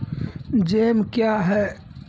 Jam क्या हैं?